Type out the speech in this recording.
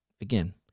again